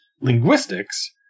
linguistics